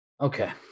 Okay